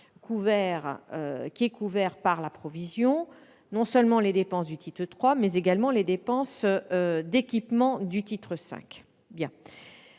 couvert par la provision non seulement les dépenses du titre 3, mais également les dépenses d'équipement du titre 5.